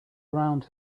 around